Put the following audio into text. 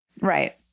Right